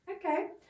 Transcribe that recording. okay